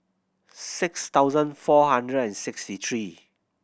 six thousand four hundred and sixty three